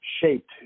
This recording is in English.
shaped